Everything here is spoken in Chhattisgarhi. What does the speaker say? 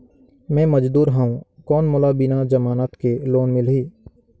मे मजदूर हवं कौन मोला बिना जमानत के लोन मिलही?